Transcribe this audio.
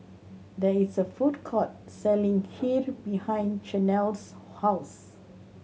there is a food court selling Kheer behind Chanelle's house